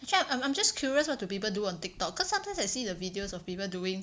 actually I'm I'm I'm just curious what do people do on TikTok cause sometimes I see the videos of people doing